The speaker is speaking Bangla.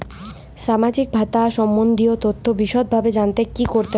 সামাজিক ভাতা সম্বন্ধীয় তথ্য বিষদভাবে জানতে কী করতে হবে?